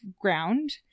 ground